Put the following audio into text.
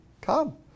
come